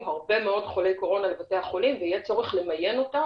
הרבה מאוד חולי קורונה לבתי החולים ויהיה צורך למיין אותם